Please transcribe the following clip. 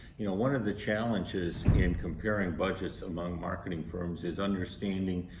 you know, one of the challenges in comparing budgets among marketing firms is understanding.